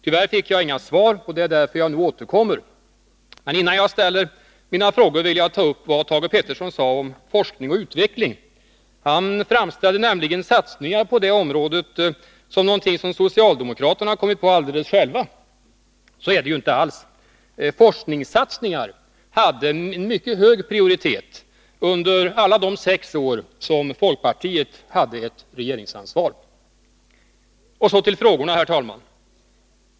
Tyvärr fick jag inga svar, och det är därför som jag nu återkommer. Men innan jag ställer mina frågor vill jag ta upp vad Thage Peterson sade om forskning och utveckling. Han framställde nämligen satsningar på det området som någonting som socialdemokraterna har kommit på alldeles själva. Så är det ju inte alls. Forskningssatsningar hade mycket hög prioritet under de sex år som folkpartiet hade ett regeringsansvar. Så till frågorna: 1.